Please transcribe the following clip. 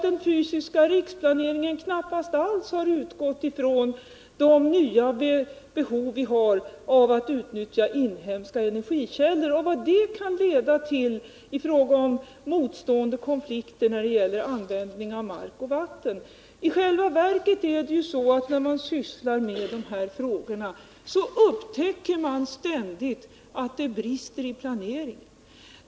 Den fysiska riksplaneringen har knappast alls utgått ifrån det nya behov vi har av att utnyttja inhemska energikällor och vad det kan leda till i fråga om motstående intressen och konflikter när det gäller användningen av mark och vatten. I själva verket är det ju så att när man sysslar med de här frågorna upptäcker man ständigt att det brister i planeringen.